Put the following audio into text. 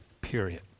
Period